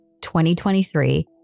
2023